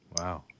Wow